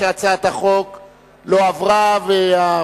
ההצעה להסיר מסדר-היום את הצעת חוק ביטוח בריאות ממלכתי (תיקון,